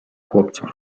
chłopców